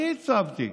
אני עיצבתי,